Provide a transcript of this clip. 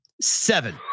Seven